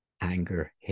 anger